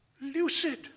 lucid